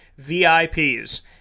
VIPs